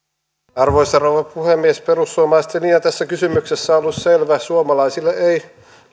arvoisa rouva puhemies perussuomalaisten idea tässä kysymyksessä on ollut selvä suomalaisille ei